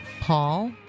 Paul